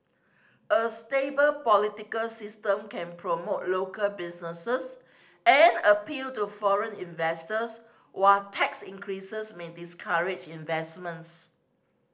a stable political system can promote local businesses and appeal to foreign investors while tax increases may discourage investments